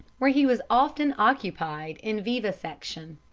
where he was often occupied in vivisection.